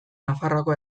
nafarroako